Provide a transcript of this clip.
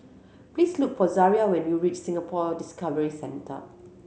please look for Zariah when you reach Singapore Discovery Centre